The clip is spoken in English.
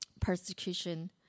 persecution